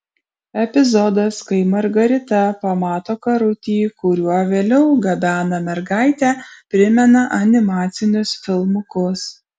epizodas kai margarita pamato karutį kuriuo vėliau gabena mergaitę primena animacinius filmukus